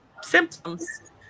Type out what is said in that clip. symptoms